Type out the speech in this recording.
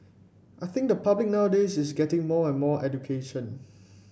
I think the public nowadays is getting more and more education